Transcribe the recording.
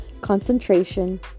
concentration